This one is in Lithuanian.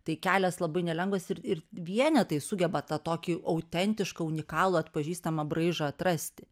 tai kelias labai nelengvas ir ir vienetai sugeba tą tokį autentišką unikalų atpažįstamą braižą atrasti